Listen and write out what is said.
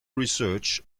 research